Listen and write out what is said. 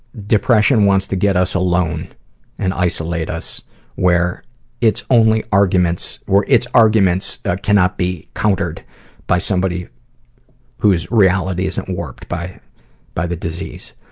depression wants to get us alone and isolate us where its only arguments, or its arguments cannot be countered by somebody who's reality isn't warped by by the disease.